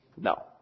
No